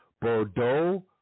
Bordeaux